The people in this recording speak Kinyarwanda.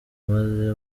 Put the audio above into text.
maze